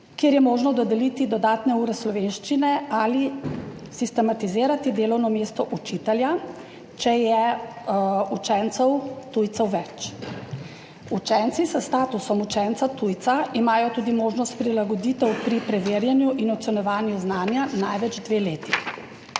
kjer je možno dodeliti dodatne ure slovenščine ali sistematizirati delovno mesto učitelja, če je učencev tujcev več. Učenci s statusom učenca tujca imajo tudi možnost prilagoditev pri preverjanju in ocenjevanju znanja največ 2 leti.